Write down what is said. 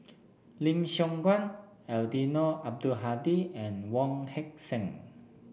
Lim Siong Guan Eddino Abdul Hadi and Wong Heck Sing